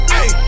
Hey